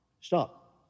stop